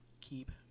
keep